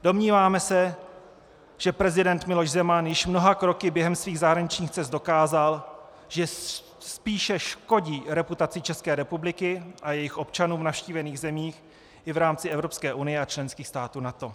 Domníváme se, že prezident Miloš Zeman již mnoha kroky během svých zahraničních cest dokázal, že spíše škodí reputaci České republiky a jejích občanů v navštívených zemích i v rámci Evropské unie a členských států NATO.